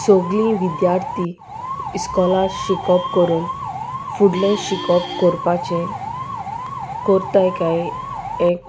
सोगलीं विद्यार्थी इकॉला शिकोप करून फुडलें शिकोप कोरपाचें कोताय काय एक